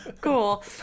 Cool